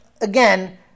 again